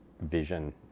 vision